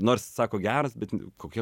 nors sako geras bet ne kokia